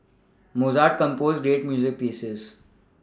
Mozart composed great music pieces